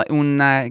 una